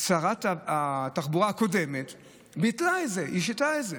שרת התחבורה הקודמת ביטלה את זה, היא שינתה את זה.